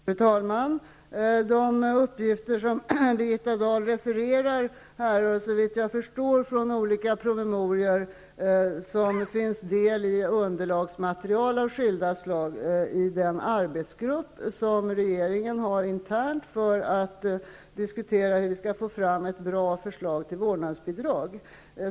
Fru talman! De uppgifter som Birgitta Dahl refererar till härrör såvitt jag förstår från olika promemorior, som utgör delar i underlag av skilda slag för den arbetsgrupp som regeringen har tillsatt för att internt diskutera hur man skall få fram ett bra förslag till vårdnadsbidrag.